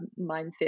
mindset